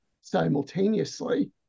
simultaneously